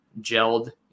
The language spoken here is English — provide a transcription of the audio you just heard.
gelled